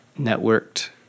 networked